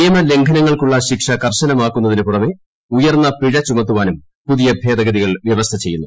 നിയ്മ്യ ലം്ഘനങ്ങൾക്കുള്ള ശിക്ഷ കർശനമാ ക്കുന്നതിന് പുറമെ ഉയർന്നു പ്പീഴ് ചുമത്താനും പുതിയ ഭേദഗതികൾ വ്യവസ്ഥ ചെയ്യുന്നു